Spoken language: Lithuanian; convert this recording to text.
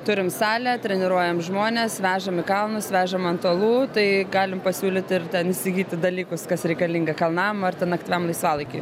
turim salę treniruojam žmones vežam į kalnus vežam ant uolų tai galim pasiūlyt ir ten įsigyti dalykus kas reikalinga kalnam ar ten aktyviam laisvalaikiui